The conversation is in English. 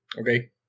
Okay